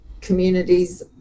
communities